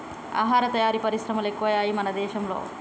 ఆహార తయారీ పరిశ్రమలు ఎక్కువయ్యాయి మన దేశం లో